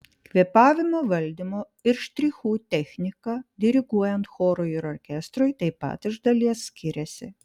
kvėpavimo valdymo ir štrichų technika diriguojant chorui ir orkestrui taip pat iš dalies skiriasi